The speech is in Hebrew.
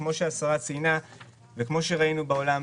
כמו שהשרה ציינה וכמו שראינו בעולם,